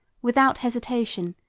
without hesitation,